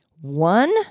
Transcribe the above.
One